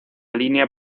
línea